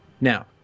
Now